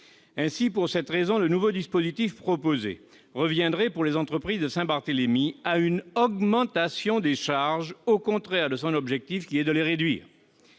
Pour cette raison, le nouveau régime proposé provoquerait, pour les entreprises de Saint-Barthélemy, une augmentation des charges, au contraire de son objectif, qui est de les réduire.